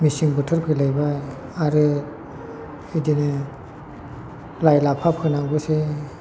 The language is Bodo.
मेसें बोथोर फैलायबाय आरो बिदिनो लाय लाफा फोनांगौसै